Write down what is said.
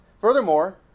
Furthermore